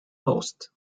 coast